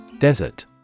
Desert